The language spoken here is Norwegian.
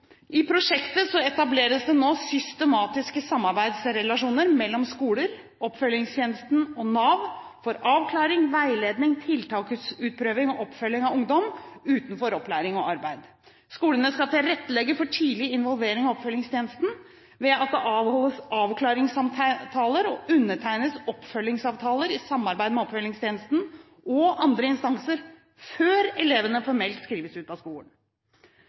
I prosjektet etableres det nå systematiske samarbeidsrelasjoner mellom skoler, oppfølgingstjenesten og Nav for avklaring, veiledning, tiltaksutprøving og oppfølging av ungdom utenfor opplæring og arbeid. Skolene skal tilrettelegge for tidlig involvering av oppfølgingstjenesten ved at det avholdes avklaringssamtaler og undertegnes oppfølgingssamtaler i samarbeid med oppfølgingstjenesten og andre instanser før elevene formelt skrives ut av skolen.